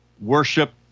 Worship